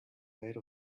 made